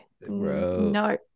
No